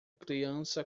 criança